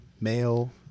male